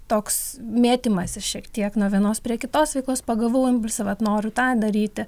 toks mėtymasis šiek tiek nuo vienos prie kitos veiklos pagavau impulsą vat noriu tą daryti